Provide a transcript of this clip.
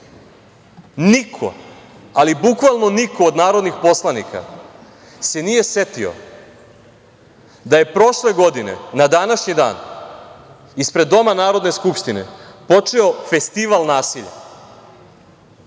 Niko, ali bukvalno niko od narodnih poslanika se nije setio da je prošle godine na današnji dan ispred Doma Narodne skupštine počeo festival nasilja,